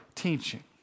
teaching